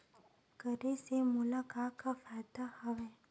करे से मोला का का फ़ायदा हवय?